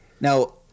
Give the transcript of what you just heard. now